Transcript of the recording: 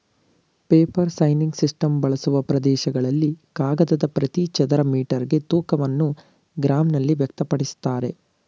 paper sizing system ಬಳಸುವ ಪ್ರದೇಶಗಳಲ್ಲಿ ಕಾಗದದ ಪ್ರತಿ ಚದರ ಮೀಟರ್ಗೆ ತೂಕವನ್ನು ಗ್ರಾಂನಲ್ಲಿ ವ್ಯಕ್ತಪಡಿಸ್ತಾರೆ